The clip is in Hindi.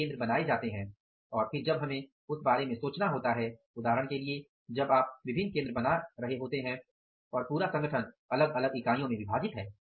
विभिन्न केंद्र बनाए जाते हैं और फिर जब हमें उस बारे में सोचना होता है उदाहरण के लिए जब आप विभिन्न केंद्र बना रहे होते हैं और पूरा संगठन अलग अलग इकाइयों में विभाजित है